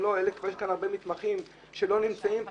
יש הרבה מתמחים שלא נמצאים פה,